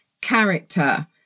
character